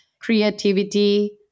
creativity